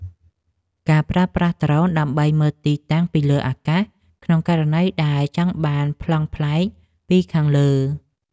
ការប្រើប្រាស់ដ្រូន ដើម្បីមើលទីតាំងពីលើអាកាស ក្នុងករណីដែលចង់បានប្លង់ប្លែកពីខាងលើ។